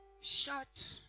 shut